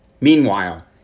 Meanwhile